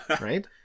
Right